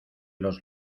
los